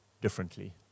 differently